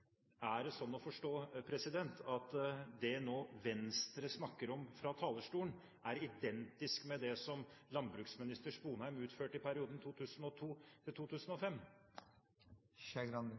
er det sånn å forstå at det som nå Venstre snakker om fra talerstolen, er identisk med det som landbruksminister Sponheim utførte i perioden